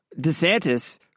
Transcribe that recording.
DeSantis –